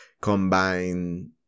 combine